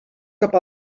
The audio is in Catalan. cap